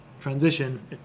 Transition